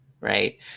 right